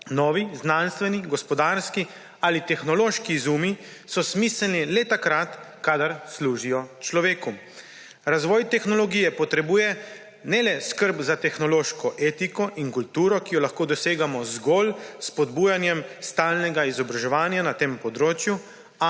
novi znanstveni, gospodarski ali tehnološki izumi so smiselni le takrat, kadar služijo človeku. Razvoj tehnologije potrebuje ne le skrb za tehnološko etiko in kulturo, ki jo lahko dosegamo zgolj s spodbujanjem stalnega izobraževanja na tem področju,